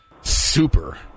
Super